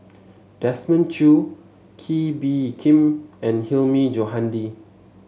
Desmond Choo Kee Bee Khim and Hilmi Johandi